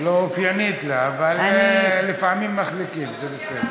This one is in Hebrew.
לא אופיינית לה, אבל לפעמים מחליקים, זה בסדר.